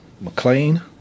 McLean